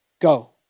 go